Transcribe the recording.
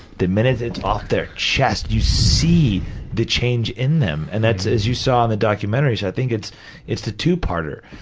the minute it's off their chest, you see the change in them, and it's, as you saw in the documentary, i think it's it's the two-parter,